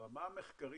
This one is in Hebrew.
ברמה המחקרית,